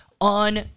on